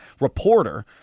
reporter